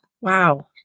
Wow